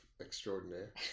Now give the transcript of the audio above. extraordinaire